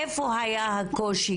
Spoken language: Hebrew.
איפה היה הקושי,